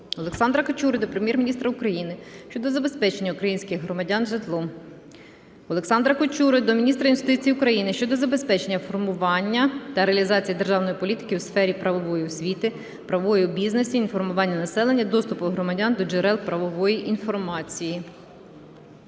Олександра Качури до Прем'єр-міністра України щодо забезпечення українських громадян житлом. Олександра Качури до міністра юстиції України щодо забезпечення формування та реалізації державної політики у сфері правової освіти, правової обізнаності, інформування населення, доступу громадян до джерел правової інформації.